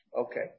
okay